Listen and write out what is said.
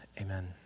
Amen